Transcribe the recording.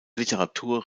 literatur